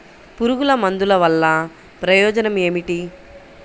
పురుగుల మందుల వల్ల ప్రయోజనం ఏమిటీ?